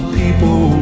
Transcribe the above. people